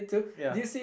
ya